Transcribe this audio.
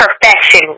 perfection